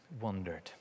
wondered